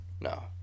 No